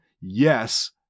Yes